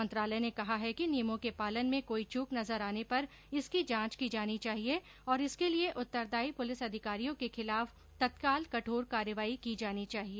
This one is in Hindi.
मंत्रालय ने कहा है कि नियमों के पालन में कोई चूक नजर आने पर इसकी जांच की जानी चाहिए और इसके लिए उत्तरदायी पुलिस अधिकारियों के खिलाफ तत्काल कठोर कार्रवाई की जानी चाहिए